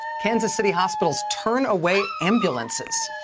kansas city hospitals turn away ambulances.